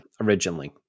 originally